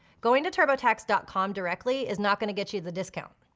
going to turbotax dot com directly is not gonna get you the discount.